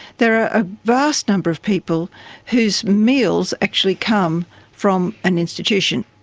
there are a vast number of people whose meals actually come from an institution.